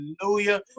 hallelujah